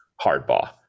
Hardball